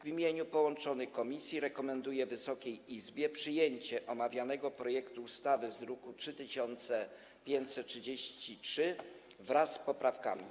W imieniu połączonych komisji rekomenduję Wysokiej Izbie przyjęcie omawianego projektu ustawy z druku nr 3533 wraz z poprawkami.